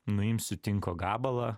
nuimsiu tinko gabalą